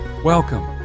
Welcome